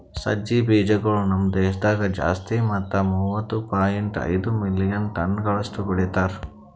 ಸಜ್ಜಿ ಬೀಜಗೊಳ್ ನಮ್ ದೇಶದಾಗ್ ಜಾಸ್ತಿ ಮತ್ತ ಮೂವತ್ತು ಪಾಯಿಂಟ್ ಐದು ಮಿಲಿಯನ್ ಟನಗೊಳಷ್ಟು ಬೆಳಿತಾರ್